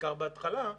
בעיקר בהתחלה,